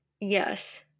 yes